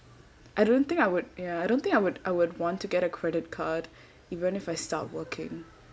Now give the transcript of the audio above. I don't think I would ya I don't think I would I would want to get a credit card even if I start working